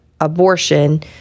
abortion